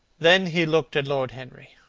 then he looked at lord henry.